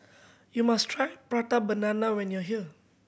you must try Prata Banana when you are here